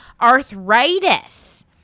arthritis